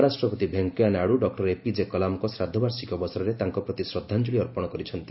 ଉପରାଷ୍ଟ୍ରପତି Venkaiah Naidu doctor APJ କଲାମଙ୍କ ଶ୍ରାଦ୍ଧବାର୍ଷିକୀ ଅବସରରେ ତାଙ୍କ ପ୍ରତି ଶ୍ରଦ୍ଧାଞ୍ଜଳୀ ଅର୍ପଣ କରିଛନ୍ତି